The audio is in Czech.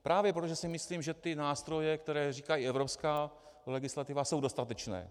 Právě proto, že si myslím, že ty nástroje, které říkají evropská legislativa, jsou dostatečné.